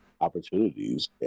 opportunities